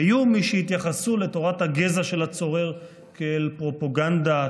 היו מי שהתייחסו לתורת הגזע של הצורר כאל פרופגנדה,